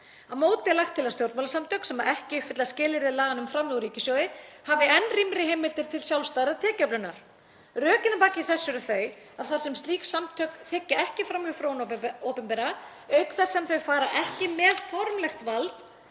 Á móti er lagt til að stjórnmálasamtök sem ekki uppfylla skilyrði laganna um framlög úr ríkissjóði hafi enn rýmri heimildir til sjálfstæðrar tekjuöflunar. Rökin að baki þessu eru þau að þar sem slík samtök þiggja ekki framlög frá hinu opinbera, auk þess sem þau fara ekki með formlegt vald,